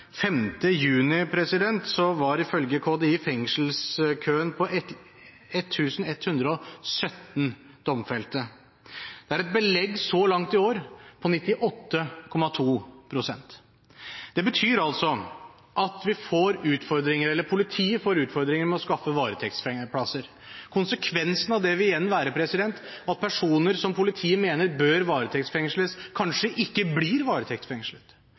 juni var fengselskøen på 1 117 domfelte, ifølge KDI. Det er et belegg så langt i år på 98,2 pst. Det betyr altså at politiet får utfordringer med å skaffe varetektsplasser. Konsekvensene av det vil igjen være at personer som politiet mener bør varetektsfengsles, kanskje ikke blir varetektsfengslet.